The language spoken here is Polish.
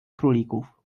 królików